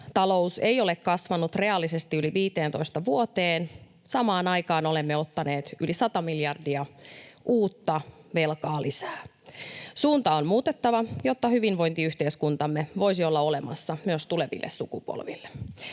Talous ei ole kasvanut reaalisesti yli 15 vuoteen, samaan aikaan olemme ottaneet yli 100 miljardia uutta velkaa lisää. Suunta on muutettava, jotta hyvinvointiyhteiskuntamme voisi olla olemassa myös tuleville sukupolville.